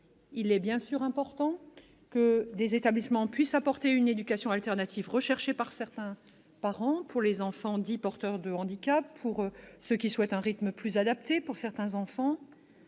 Il est important que des établissements puissent apporter une éducation alternative, recherchée par certains parents, pour les enfants dits « porteurs de handicaps », par ceux qui souhaitent un rythme plus adapté. Cependant,